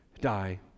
die